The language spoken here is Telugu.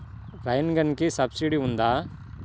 రైన్ గన్కి సబ్సిడీ ఉందా?